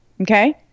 okay